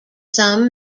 some